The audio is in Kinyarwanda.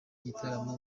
gitaramo